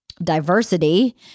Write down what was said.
diversity